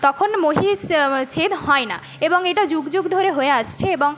তখন মহিষ ছেদ হয় না এবং এটা যুগ যুগ ধরে হয়ে আসছে এবং